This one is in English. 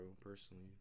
personally